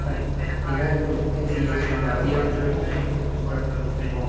அத் பார்த்திங்கனா இன்னும் மெக் சிஏ சொன்னாங்க அது எடுத்திருந்தா அது ஒரு நல்லா ஜாப் கிடைச்சிருக்கும்